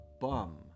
bum